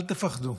תפחדו.